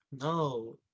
No